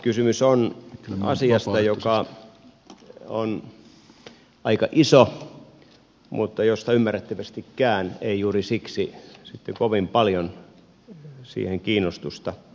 kysymys on asiasta joka on aika iso mutta johon ymmärrettävästikään ei juuri siksi kovin paljon kiinnostusta osoiteta